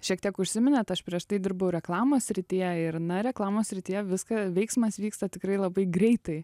šiek tiek užsiminėt aš prieš tai dirbau reklamos srityje ir na reklamos srityje viską veiksmas vyksta tikrai labai greitai